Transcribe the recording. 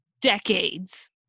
decades